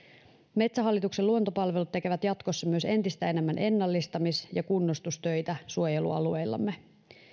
metsähallituksen luontopalvelut tekee jatkossa myös entistä enemmän ennallistamis ja kunnostustöitä suojelualueillamme